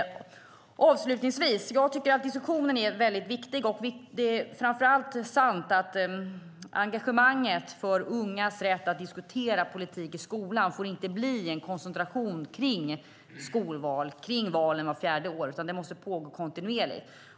Avslutningsvis: Jag tycker att diskussionen är viktig. Framför allt är det sant att engagemanget för ungas rätt att diskutera politik i skolan inte får bli en koncentration på skolval och på valen var fjärde år. Det måste pågå kontinuerligt.